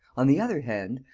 on the other hand,